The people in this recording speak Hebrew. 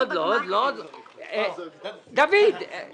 הצבעה בעד, רוב נגד, מיעוט נמנעים,